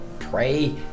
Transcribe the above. Pray